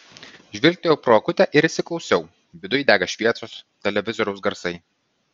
žvilgtelėjau pro akutę ir įsiklausiau viduj dega šviesos televizoriaus garsai